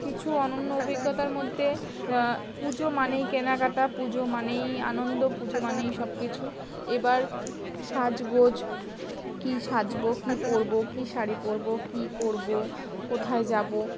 কিছু অনন্য অভিজ্ঞতার মধ্যে পুজো মানেই কেনাকাটা পুজো মানেই আনন্দ পুজো মানেই সব কিছু এবার সাজগোজ কী সাজবো কি পরবো কী শাড়ি পরবো কী করবো কোথায় যাবো